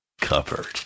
covered